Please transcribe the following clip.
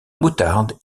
moutarde